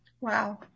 Wow